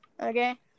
Okay